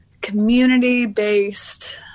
community-based